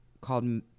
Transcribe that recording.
called